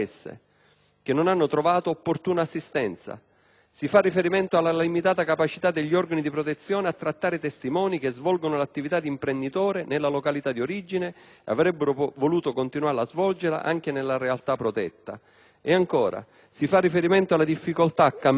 che non hanno trovato opportuna assistenza. Si fa riferimento alla limitata capacità degli organi di protezione a trattare testimoni che svolgono l'attività di imprenditorie nella località di origine e avrebbero voluto continuare a svolgerla anche nella realtà protetta. Ancora, si fa riferimento alle difficoltà a cambiare